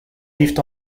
vivent